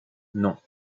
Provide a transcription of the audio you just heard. non